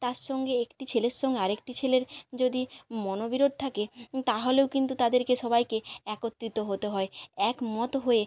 তার সঙ্গে একটি ছেলের সঙ্গে আরেকটি ছেলের যদি মনোবিরোধ থাকে তাহলেও কিন্তু তাদেরকে সবাইকে একত্রিত হতে হয় একমত হয়ে